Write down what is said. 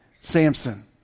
Samson